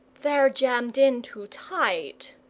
they're jammed in too tight,